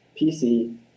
PC